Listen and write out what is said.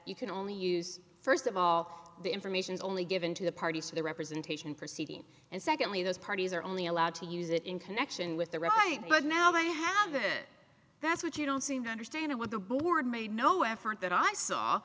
you can only use first of all the information is only given to the party so the representation proceed and secondly those parties are only allowed to use it in connection with the right but now they have it that's what you don't seem to understand what the board made no effort that i saw